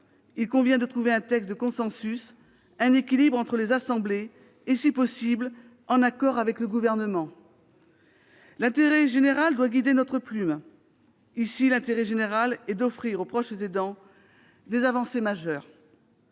Il convient donc de trouver un texte de consensus, un équilibre entre les assemblées, si possible en accord avec le Gouvernement. L'intérêt général doit guider notre plume. En l'occurrence, il commande d'offrir aux proches aidants des avancées majeures.